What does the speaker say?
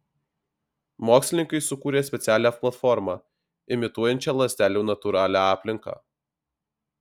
mokslininkai sukūrė specialią platformą imituojančią ląstelių natūralią aplinką